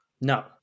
No